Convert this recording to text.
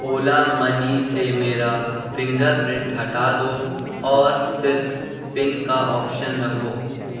اولا منی سے میرا فنگر پرنٹ ہٹا دو اور صرف پن کا آپشن رکھو